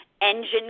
engine